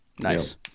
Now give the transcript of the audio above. nice